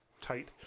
tight